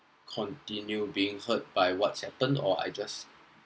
continue being hurt by what's happened or I just